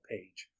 Page